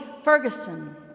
Ferguson